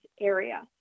area